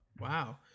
Wow